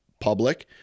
public